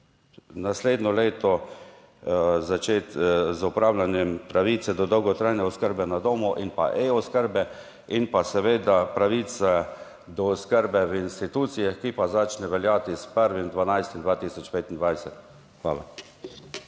naslednje leto začeti z opravljanjem pravice do dolgotrajne oskrbe na domu in pa e-oskrbe in pa seveda pravice do oskrbe v institucijah, ki pa začne veljati s 1. 12. 2025. Hvala.